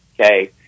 Okay